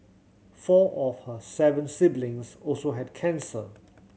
four of her seven siblings also had cancer